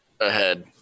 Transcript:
ahead